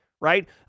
right